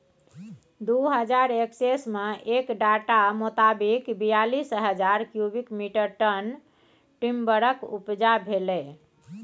दु हजार एक्कैस मे एक डाटा मोताबिक बीयालीस हजार क्युबिक मीटर टन टिंबरक उपजा भेलै